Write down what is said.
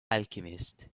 alchemists